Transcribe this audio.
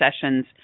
sessions